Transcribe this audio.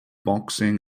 boxing